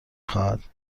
خواهد